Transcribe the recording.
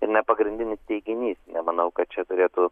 ir ne pagrindinis teiginys nemanau kad čia turėtų